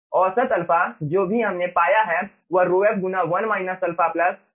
औसत अल्फ़ा जो भी हमने पाया है वह ρf गुना 1 α ρg गुना α है